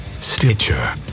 Stitcher